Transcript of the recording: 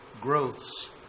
growths